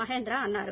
మహేంద్ర అన్నారు